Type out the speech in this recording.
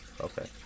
Okay